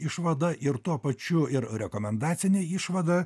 išvada ir tuo pačiu ir rekomendacinė išvada